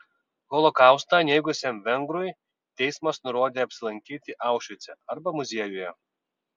holokaustą neigusiam vengrui teismas nurodė apsilankyti aušvice arba muziejuje